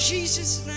Jesus